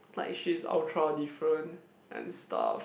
like she's ultra different and stuff